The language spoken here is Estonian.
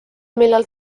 millal